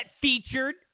featured